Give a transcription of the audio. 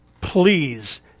Please